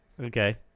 okay